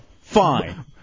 Fine